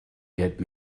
get